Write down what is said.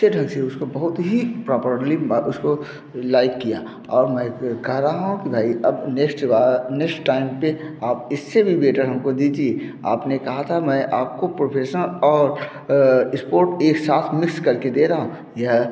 अच्छे ढंग से उसको बहुत ही प्रोपर्ली ब उसको लाइक किया और मैं कह रहा हूँ कि भाई अब नेक्स्ट नेक्स्ट टाइम पर आप इससे भी बेटर हम को दीजिए आप ने कहाँ था मैं आप को प्रोफेशनल और इसपोर्ट एक साथ मिक्स कर के दे रहा हूँ यह